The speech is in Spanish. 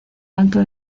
alto